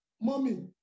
Mommy